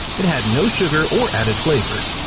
it had no sugar or added flavors.